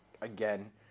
again